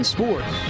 Sports